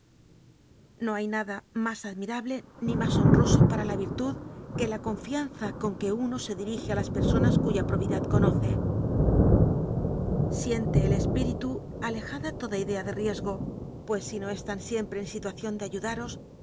no hay nada más ad mirable ni más honroso para la virtud que la con fianza con que uno se dirige a las personas cuya probidad conoce siente el espíritu alejada toda idea de riesgo pues si no están siempre en situa ción de ayudaros